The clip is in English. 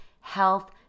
health